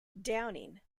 downing